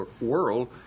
world